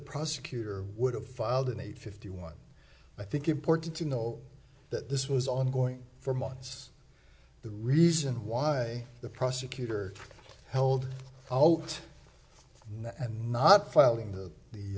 prosecutor would have filed an eight fifty one i think important to know that this was ongoing for months the reason why the prosecutor held out and not filing the